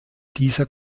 dieser